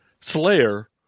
slayer